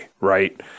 right